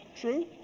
True